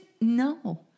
no